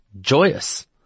joyous